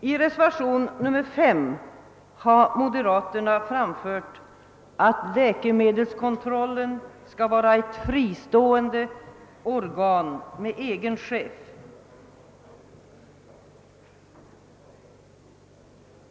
I reservationen 5 har moderaterna framfört att läkemedelskontrollen skall vara ett fristående organ med egen chef.